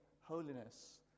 holiness